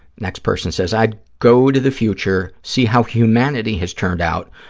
next person says, i'd go to the future, see how humanity has turned out,